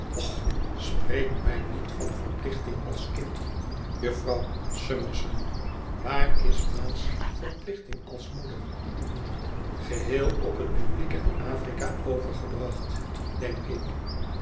spreek mij niet van verplichting als kind jufvrouw summerson waar is ma's verplichting als moeder geheel op het publiek en afrika overgebracht denk ik